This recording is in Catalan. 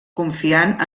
confiant